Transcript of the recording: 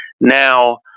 now